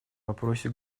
вопросе